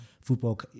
football